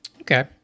Okay